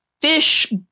fish